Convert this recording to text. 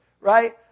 right